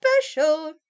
special